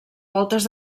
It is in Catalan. voltes